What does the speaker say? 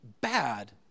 bad